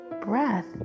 breath